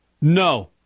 No